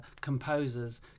composers